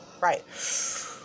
Right